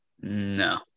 No